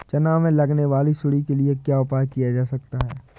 चना में लगने वाली सुंडी के लिए क्या उपाय किया जा सकता है?